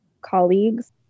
colleagues